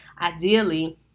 ideally